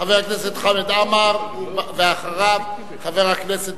חבר הכנסת חמד עמאר, ואחריו, חבר הכנסת